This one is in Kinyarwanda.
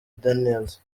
daniels